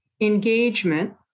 engagement